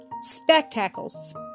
spectacles